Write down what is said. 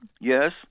Yes